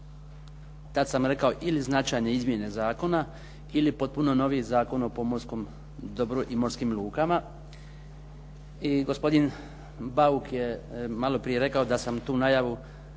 tad sam rekao ili značajne izmjene zakona ili potpuno novi Zakon o pomorskom dobru i morskim lukama. I gospodin Bauk je malo prije rekao da sam tu najavu